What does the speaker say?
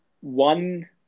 one